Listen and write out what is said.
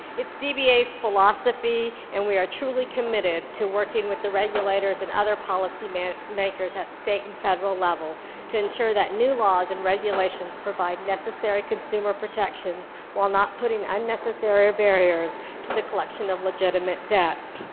it's dba's philosophy and we are truly committed to working with the regulators and other policymakers at state and federal level to ensure that new laws and regulations provide necessary consumer protections while not putting unnecessary barriers to the collection of legitimate debt.